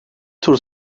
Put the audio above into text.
tur